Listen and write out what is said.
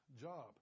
job